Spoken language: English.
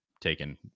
taken